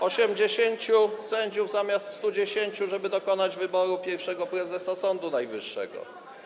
80 sędziów zamiast 110, żeby dokonać wyboru pierwszego prezesa Sądu Najwyższego.